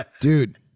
dude